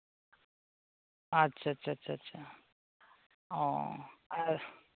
ᱟᱪᱪᱷᱟ ᱟᱪᱪᱷᱟ ᱚ ᱟᱨ